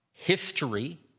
History